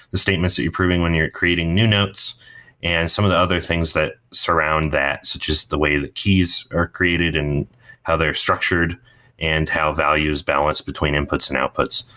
the statements that you're proving when you're creating new notes and some of the other things that surround that, so just the way the keys are created and how they're structured and how value is balanced between inputs and outputs,